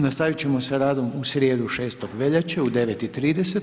Nastavit ćemo sa radom u srijedu, 6. veljače u 9,30.